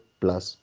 plus